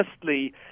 Firstly